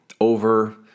over